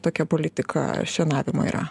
tokia politika šienavimo yra